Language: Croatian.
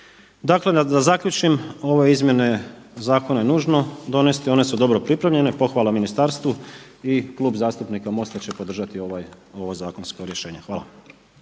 Dakle da zaključim, ove izmjene zakona je nužno donijeti, one su dobro pripremljene, pohvala ministarstvu. I Klub zastupnika MOST-a će podržati ovo zakonsko rješenje. Hvala.